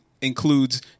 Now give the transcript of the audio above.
Includes